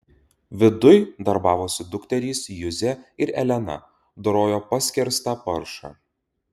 viduj darbavosi dukterys juzė ir elena dorojo paskerstą paršą